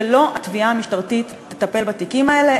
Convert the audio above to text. שלא התביעה המשטרתית תטפל בתיקים האלה,